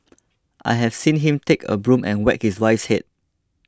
I have seen him take a broom and whack his wife's head